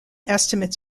estimates